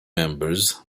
members